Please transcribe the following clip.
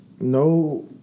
No